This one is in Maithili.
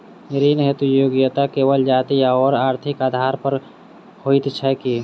ऋण हेतु योग्यता केवल जाति आओर आर्थिक आधार पर होइत छैक की?